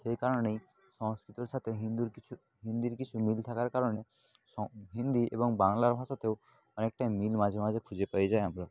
সেই কারণেই সংস্কৃতর সাথে হিন্দুর কিছু হিন্দির কিছু মিল থাকার কারণে সং হিন্দি এবং বাংলার ভাষাতেও অনেকটাই মিল মাঝে মাঝে খুঁজে পেয়ে যাই আমরা